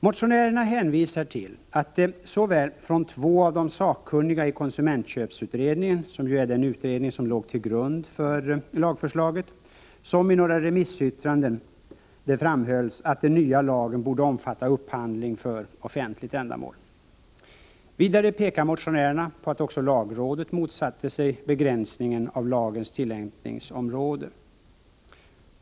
Motionärerna hänvisar till att det såväl från två av de sakkunniga i konsumentköpsutredningen, som är den utredning som låg till grund för lagförslaget, som i några remissyttranden framhölls att den nya lagen borde omfatta upphandling för offentligt ändamål. Vidare pekar motionärerna på att också lagrådet motsatte sig begränsningen av lagens tillämpningsområde.